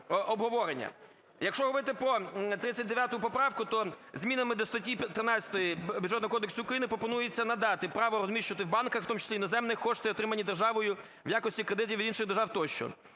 Якщо говорити про 39 поправку, то змінами до статті 13 Бюджетного кодексу України пропонується надати право розміщувати в банках, в тому числі іноземних, кошти, отримані державою в якості кредитів інших держав тощо.